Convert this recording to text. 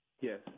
Yes